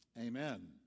Amen